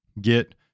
get